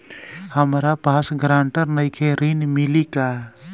हमरा पास ग्रांटर नईखे ऋण मिली का?